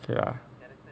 ya